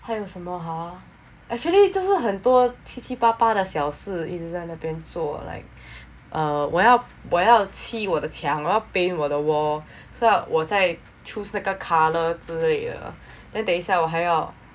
还有什么 !huh! actually 真是很多七七八八的小事一直在那边做 like uh 我要漆我的墙我要 paint 我的 wall 我在 choose 那个 color 之类的 then 等一下我还要